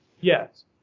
Yes